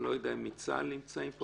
אני לא יודע אם מצה"ל נמצאים פה.